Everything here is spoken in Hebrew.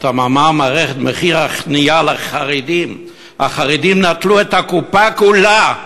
את מאמר המערכת: "מחיר הכניעה לחרדים" "החרדים נטלו את הקופה כולה".